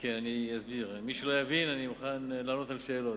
מי שלא מבין, אני אוכל לענות על השאלות.